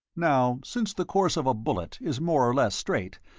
now, since the course of a bullet is more or less straight,